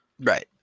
Right